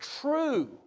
true